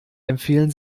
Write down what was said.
empfehlen